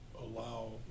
allow